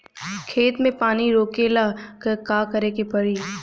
खेत मे पानी रोकेला का करे के परी?